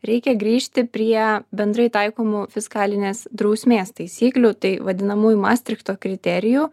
reikia grįžti prie bendrai taikomų fiskalinės drausmės taisyklių tai vadinamųjų mastrichto kriterijų